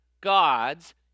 God's